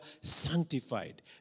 sanctified